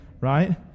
right